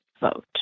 vote